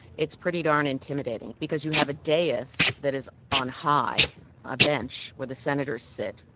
it's pretty darn intimidating because you have a dais that is on high a bench where the senators sit.